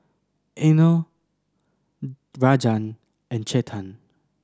Anil Rajan and Chetan